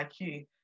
IQ